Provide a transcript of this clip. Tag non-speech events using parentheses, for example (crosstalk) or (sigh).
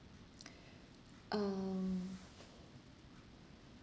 (breath) um